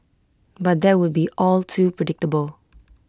but that would be all too predictable